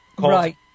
Right